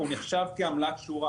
הוא נחשב כעמלת שורה,